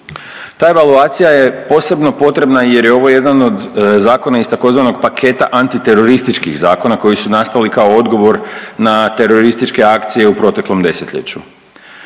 Ta evaluacija je posebno potrebna i jer je ova jedan od zakona iz tzv. paketa antiterorističkih zakona koji su nastali kao odgovor na terorističke akcije u proteklom desetljeću.